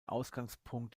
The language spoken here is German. ausgangspunkt